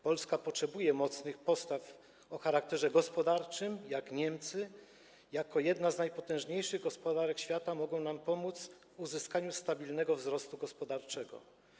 Polska potrzebuje mocnych podstaw o charakterze gospodarczym, a Niemcy jako jedna z najpotężniejszych gospodarek świata mogą nam pomóc w uzyskaniu stabilnego wzrostu gospodarczego.